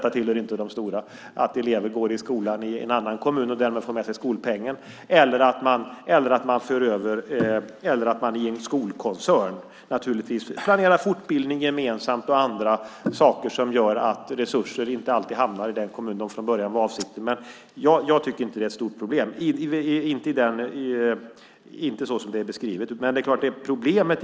Att elever går i skolan i en annan kommun och därmed får med sig skolpengen eller att man i en skolkoncern planerar fortbildning och andra saker gemensamt som gör att resurser inte alltid hamnar i den kommun som från början var avsikten tillhör inte de stora problemen. Jag tycker inte att det är ett stort problem så som det är beskrivet.